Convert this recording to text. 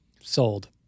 Sold